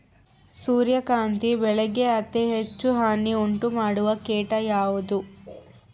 ಸೂರ್ಯಕಾಂತಿ ಬೆಳೆಗೆ ಅತೇ ಹೆಚ್ಚು ಹಾನಿ ಉಂಟು ಮಾಡುವ ಕೇಟ ಯಾವುದು?